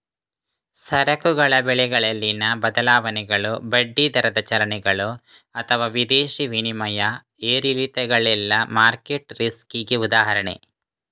ಸರಕುಗಳ ಬೆಲೆಗಳಲ್ಲಿನ ಬದಲಾವಣೆಗಳು, ಬಡ್ಡಿ ದರದ ಚಲನೆಗಳು ಅಥವಾ ವಿದೇಶಿ ವಿನಿಮಯ ಏರಿಳಿತಗಳೆಲ್ಲ ಮಾರ್ಕೆಟ್ ರಿಸ್ಕಿಗೆ ಉದಾಹರಣೆ